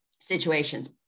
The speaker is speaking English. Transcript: situations